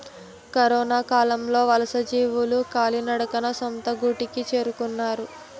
కరొనకాలంలో వలసజీవులు కాలినడకన సొంత గూటికి చేరుకున్నారు